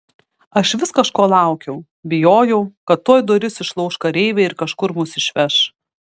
aš vis kažko laukiau bijojau kad tuoj duris išlauš kareiviai ir kažkur mus išveš